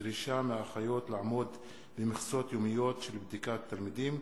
דרישה מהאחיות לעמוד במכסות יומיות של בדיקת תלמידים,